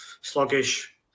sluggish